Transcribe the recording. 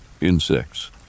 insects